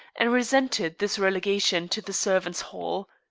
and resented this relegation to the servants' hall.